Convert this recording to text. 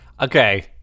Okay